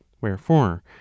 Wherefore